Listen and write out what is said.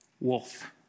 wolf